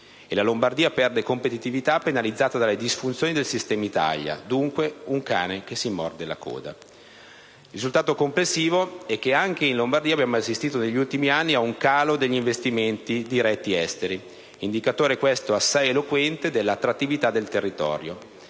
la Lombardia perde competitività penalizzata dalle disfunzioni del sistema Italia: dunque, un cane che si morde la coda. Risultato complessivo è che anche in Lombardia abbiamo assistito, negli ultimi anni, a un calo degli investimenti diretti esteri, indicatore questo assai eloquente dell'attrattività del territorio.